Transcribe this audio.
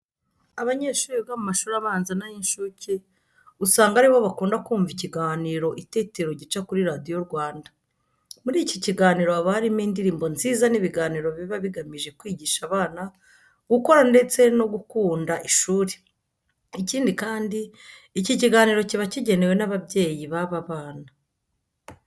Abanyeshuri biga mu mashuri abanza n'ay'incuke usanga ari bo bakunda kumva ikiganiro Itetero gica kuri Radiyo Rwanda. Muri iki kiganiro haba harimo indirimbo nziza n'ibiganiro biba bigamije kwigisha abana gukora ndetse no gukunda ishuri. Ikindi kandi, iki kiganiro kiba kigenewe n'ababyeyi b'aba bana.